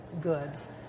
goods